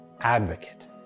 advocate